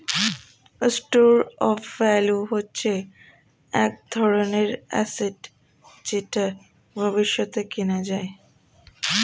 store of value হচ্ছে এক ধরনের অ্যাসেট যেটা ভবিষ্যতে কেনা যায়